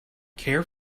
care